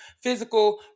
physical